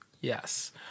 Yes